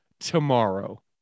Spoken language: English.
tomorrow